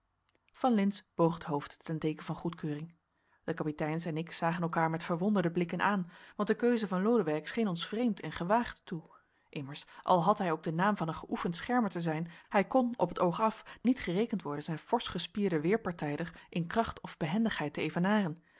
van lintz boog het hoofd ten teeken van goedkeuring de kapiteins en ik zagen elkander met verwonderde blikken aan want de keus van lodewijk scheen ons vreemd en gewaagd toe immers al had hij ook den naam van een geoefend schermer te zijn hij kon op t oog af niet gerekend worden zijn forsch gespierden weêrpartijder in kracht of behendigheid te evenaren